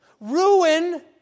ruin